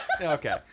Okay